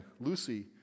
Lucy